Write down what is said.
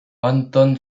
anton